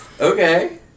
Okay